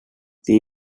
the